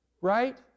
right